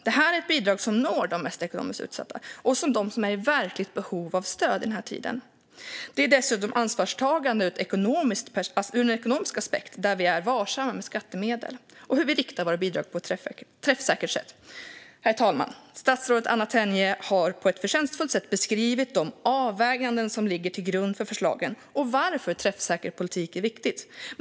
Det är ett bidrag som når dem som är mest ekonomiskt utsatta och i verkligt behov av stöd den här tiden. Det är dessutom ansvarstagande ur en ekonomisk aspekt, där vi är varsamma med skattemedel och riktar våra bidrag på ett träffsäkert sätt. Herr talman! Statsrådet Anna Tenje har på ett förtjänstfullt sätt beskrivit de avvägningar som ligger till grund för förslagen och varför träffsäker politik är viktigt.